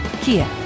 Kia